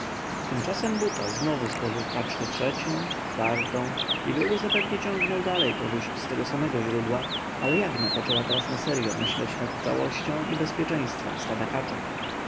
tymczasem buta znów spożył kaczkę trzecią czwartą i byłby zapewne ciągnął dalej korzyści z tego samego źródła ale jagna poczęła teraz na seryo myśleć nad całością i bezpieczeństwem stada kaczek